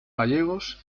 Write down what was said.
gallegos